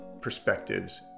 perspectives